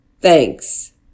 thanks